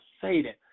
Satan